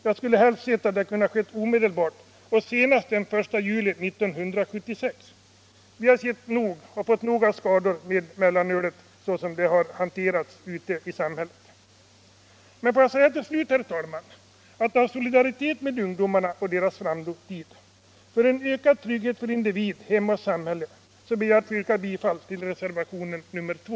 Jag skulle helst ha sett att det skedde omedelbart och senast den 1 juli 1976. Mellanölet har, som det har hanterats i samhället, gett nog med skador. Av solidaritet med ungdomarna och deras framtid och för att medverka till en ökad trygghet för individ, hem och samhälle ber jag att få yrka bifall till reservation 2.